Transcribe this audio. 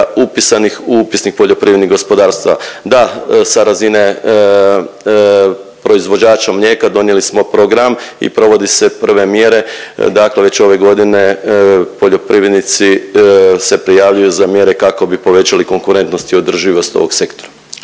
upisanih u upisnik poljoprivrednih gospodarstava. Da, sa razine proizvođača mlijeka donijeli smo program i provodi se prve mjere, dakle već ove godine poljoprivrednici se prijavljuju za mjere kako bi povećali konkurentnost i održivost ovog sektora.